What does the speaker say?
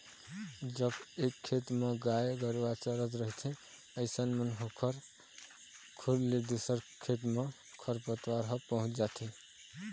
जब एक खेत म गाय गरुवा चरत रहिथे अइसन म ओखर खुर ले दूसर खेत म खरपतवार ह पहुँच जाथे